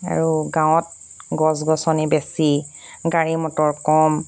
আৰু গাঁৱত গছ গছনি বেছি গাড়ী মটৰ কম